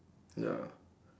ya